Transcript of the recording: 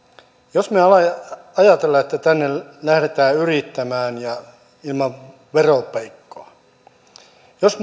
jos me ajattelemme että lähdetään yrittämään ilman veropeikkoa jos